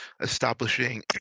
establishing